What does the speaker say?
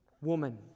woman